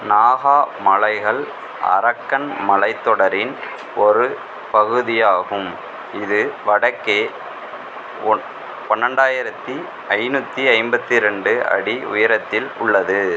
நாகா மலைகள் அரக்கன் மலைத்தொடரின் ஒரு பகுதியாகும் இது வடக்கே ஒன் பன்னெண்டாயிரத்தி ஐநூற்றி ஐம்பத்திரெண்டு அடி உயரத்தில் உள்ளது